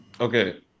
Okay